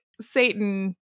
Satan